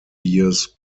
years